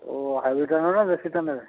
ଓଃ ହାଇବ୍ରୀଡ଼୍ଟା ନେବେ ନା ଦେଶୀଟା ନେବେ